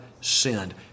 sinned